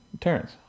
Terrence